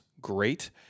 great